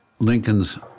Lincoln's